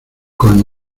con